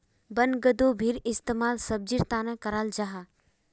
बन्द्गोभीर इस्तेमाल सब्जिर तने कराल जाहा